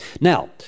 Now